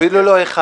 אפילו לא אחד.